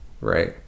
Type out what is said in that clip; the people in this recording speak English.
right